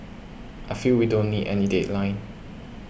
I feel we don't need any deadline